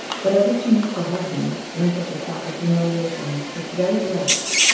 but, as if to make her husband drink of the cup of humiliation to its very dregs,